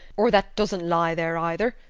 or that doesn' lie there either!